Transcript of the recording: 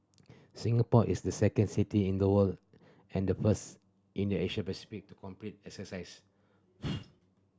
Singapore is the second city in the world and the first in the Asia Pacific to complete exercise